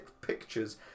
pictures